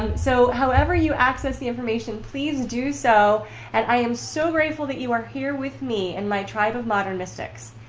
and so however you access the information please do so and i am so grateful that you are here with me and my tribe of modern mystics.